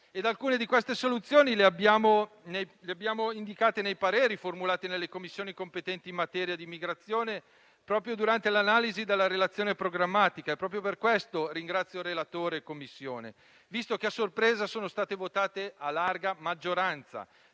alcune di queste soluzioni le abbiamo indicate nei pareri formulati nelle Commissioni competenti in materia di immigrazione proprio durante l'analisi della relazione programmatica, e per questo ringrazio il relatore e la Commissione, visto che a sorpresa sono state votate a larga maggioranza.